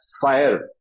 fire